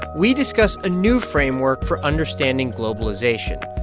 we discuss a new framework for understanding globalization,